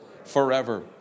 forever